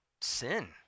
sin